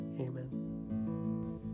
Amen